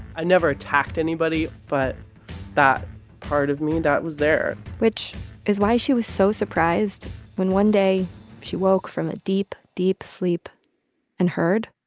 i never attacked anybody, but that part of me, that was there which is why she was so surprised when one day she woke from a deep, deep sleep and heard.